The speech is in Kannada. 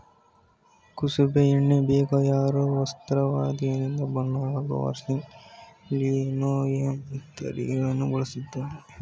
ಕುಸುಬೆ ಎಣ್ಣೆ ಬೇಗ ಆರೋ ವಸ್ತುವಾದ್ರಿಂದ ಬಣ್ಣ ಹಾಗೂ ವಾರ್ನಿಷ್ ಲಿನೋಲಿಯಂ ತಯಾರಿಕೆಲಿ ಬಳಸ್ತರೆ